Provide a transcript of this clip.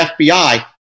FBI